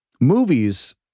movies